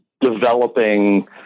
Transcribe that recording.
developing